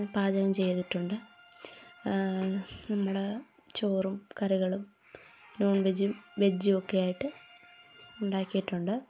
പാചകം ചെയ്തിട്ടുണ്ട് നമ്മൾ ചോറും കറികളും നോൺ വെജ്ജും വെജ്ജും ഒക്കെയായിട്ട് ഉണ്ടാക്കിയിട്ടുണ്ട്